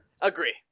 Agree